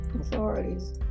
authorities